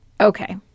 Okay